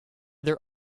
their